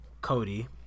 Cody